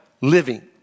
living